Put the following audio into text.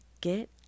Get